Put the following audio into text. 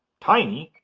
tiny,